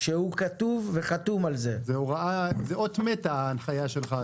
ההנחיה שלך היא אות מתה,